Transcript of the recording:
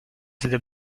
the